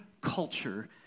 culture